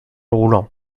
roulants